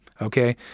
Okay